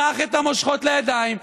קח את המושכות לידיים.